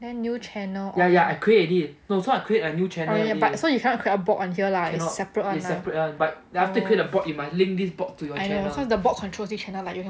then new channel oh ya but so you cannot create a bot on here lah it's separate one lah I know cause the bot controls this channel like you